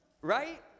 Right